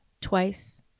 twice